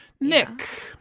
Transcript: Nick